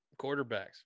quarterbacks